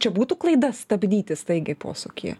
čia būtų klaida stabdyti staigiai posūkyje